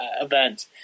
event